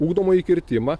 ugdomąjį kirtimą